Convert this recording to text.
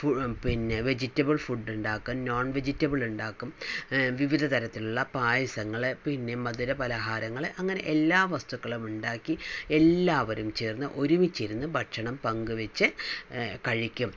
ഫുള്ളും പിന്നെ vegetable food ഉണ്ടാക്കും നോൺ വെജിറ്റബിൾ ഉണ്ടാക്കും വിവിധ തരത്തിലുള്ള പായസങ്ങള് പിന്നെ മധുര പലഹാരങ്ങള് അങ്ങനെ എല്ലാ വസ്തുക്കളും ഉണ്ടാക്കി എല്ലാവരും ചേർന്ന് ഒരുമിച്ച് ഇരുന്ന് ഭക്ഷണം പങ്ക് വെച്ച് കഴിക്കും